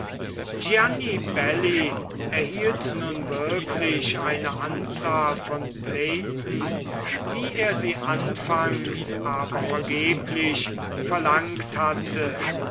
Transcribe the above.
gianibelli erhielt nun wirklich eine anzahl von playten wie er sie anfangs aber vergeblich verlangt hatte